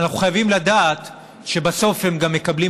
אנחנו חייבים לדעת שבסוף הם גם מקבלים